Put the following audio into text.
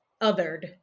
othered